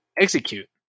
execute